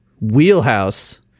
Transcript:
wheelhouse